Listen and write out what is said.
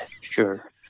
sure